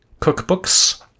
Cookbooks